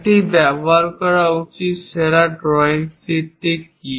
একটি ব্যবহার করা উচিত সেরা ড্রয়িং শীট কি